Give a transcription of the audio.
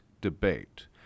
debate